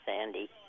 Sandy